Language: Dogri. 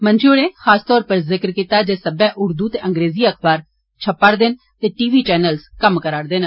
मंत्री होरें खास तौर उप्पर जिक्र कीता जे सब्बे उर्दू ते अंग्रेजी अखबार छप्पा रदे न ते टी वी चैनलज कम्म करा रदे न